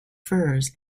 furs